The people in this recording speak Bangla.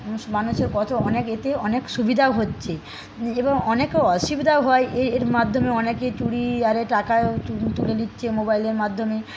মানুষের কত অনেক এতে অনেক সুবিধাও হচ্ছে নিজের অনেক অসুবিধাও হয় এই এর মাধ্যমে অনেকে চুরি আরে টাকা তুলে নিচ্ছে মোবাইলের মাধ্যমে